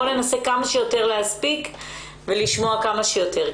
בואו ננסה כמה שיותר להספיק ולשמוע כמה שיותר.